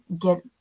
get